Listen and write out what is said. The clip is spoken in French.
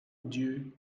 odieux